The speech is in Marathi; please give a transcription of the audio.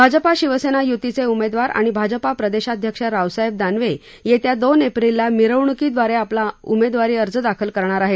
भाजपा शिवसेना य्तीचे उमेदवार आणि भाजपा प्रदेशाध्यक्ष रावसाहेब दानवे येत्या दोन एप्रिलला मिरवण्कीदवारे आपला उमेदवारी अर्ज दाखल करणार आहेत